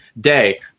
day